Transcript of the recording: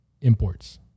imports